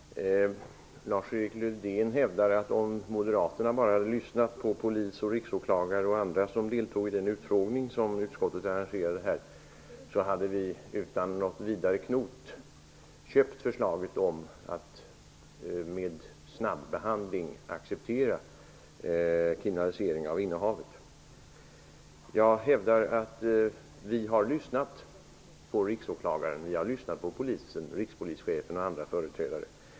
Herr talman! Lars-Erik Lövdén hävdar, att om Moderaterna bara hade lyssnat på Polisen, Riksåklagaren och andra som deltog i den utfrågning som utskottet arrangerade, skulle vi utan vidare knot ha köpt förslaget om att efter snabbehandling acceptera kriminalisering av innehavet. Jag hävdar att vi har lyssnat på Riksåklagaren och Polisen, rikspolischefen och andra företrädare.